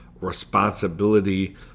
responsibility